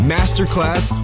Masterclass